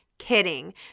Kidding